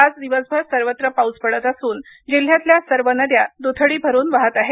आज दिवसभर सर्वत्र पाऊस पडत असून जिल्ह्यातल्या सर्व नद्या दुथडी भरून वाहत आहेत